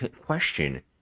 question